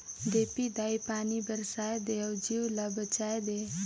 देपी दाई पानी बरसाए दे अउ जीव ल बचाए दे